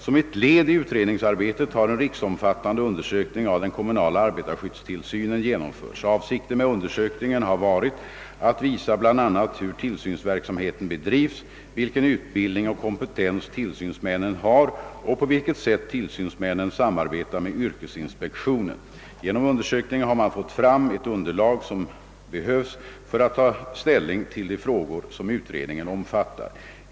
Som ett led i utredningsarbetet har en riksomfattande undersökning av den kommunala arbetarskyddstillsynen genomförts. Avsikten med undersökningen har varit att visa bl.a. hur tillsynsverksamheten bedrivs, vilken utbildning och kompetens tillsynsmännen har och på vilket sätt tillsynsmännen samarbetar med yrkesinspektionen. Genom undersökningen har man fått fram ett underlag som behövs för att ta ställning till de frågor som utredningen omfattar.